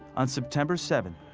on september seventh,